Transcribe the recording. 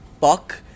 fuck